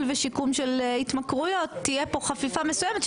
ושיקום של התמכרויות תהיה פה חפיפה מסוימת,